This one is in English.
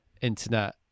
internet